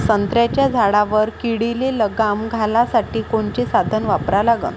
संत्र्याच्या झाडावर किडीले लगाम घालासाठी कोनचे साधनं वापरा लागन?